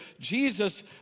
Jesus